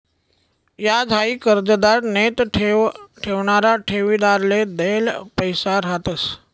याज हाई कर्जदार नैते ठेव ठेवणारा ठेवीदारले देल पैसा रहातंस